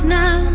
now